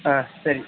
ಹಾಂ ಸರಿ